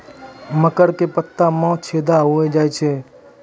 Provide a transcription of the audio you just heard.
मकर के पत्ता मां छेदा हो जाए छै?